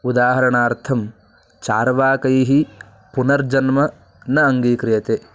उदाहरणार्थं चार्वाकैः पुनर्जन्म न अङ्गीक्रियते